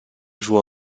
joue